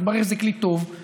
מתברר שזה כלי טוב,